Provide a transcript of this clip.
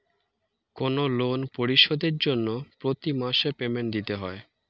কোনো লোন পরিশোধের জন্য প্রতি মাসে পেমেন্ট দিতে হয়